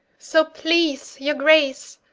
so please your grace,